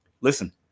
Listen